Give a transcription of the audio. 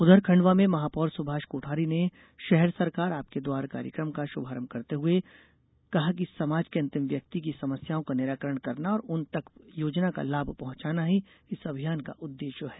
उधर खंडवा में महापौर सुभाष कोठारी ने शहर सरकार आपके द्वार कार्यक्रम का शुभारंभ करते हुए उन्होंने कहा कि समाज के अंतिम व्यक्ति की समस्याओं का निराकरण करना और उन तक योजना का लाभ पहुंचाना ही इस अभियान का उद्देश्य है